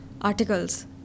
articles